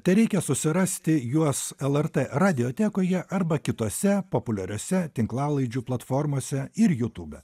tereikia susirasti juos lrt radiotekoje arba kitose populiariose tinklalaidžių platformose ir jutube